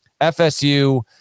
FSU